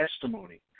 testimony